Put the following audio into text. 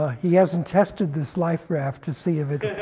ah he hasn't tested this life raft to see if